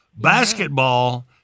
basketball